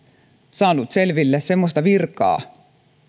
saanut selville semmoista virkaa